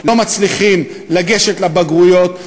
לא מצליחים לגשת לבגרויות,